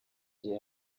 gihe